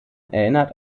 erinnert